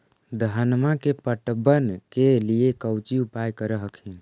धनमा के पटबन के लिये कौची उपाय कर हखिन?